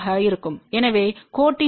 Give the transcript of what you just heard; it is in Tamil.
ஆக இருக்கும் எனவே கோட்டின் அகலம் 1